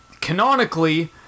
canonically